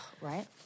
Right